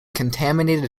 contaminated